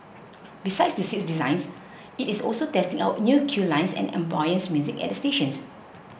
besides the seats designs it is also testing out new queue lines and ambient music at the stations